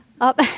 up